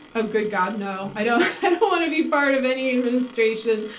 ah good god, no. i don't want to be part of any administration.